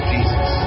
Jesus